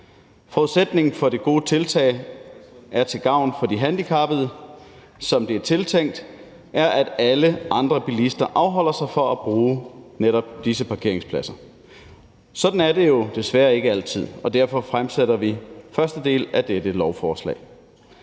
Forudsætningen for, at det gode tiltag er til gavn for de handicappede, som det er tiltænkt, er, at alle andre bilister afholder sig fra at bruge netop disse parkeringspladser. Sådan er det jo desværre ikke altid, og derfor fremsætter vi første del af dette lovforslag.